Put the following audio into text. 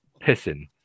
pissing